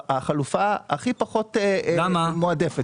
החלופה הכי פחות מועדפת.